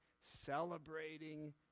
celebrating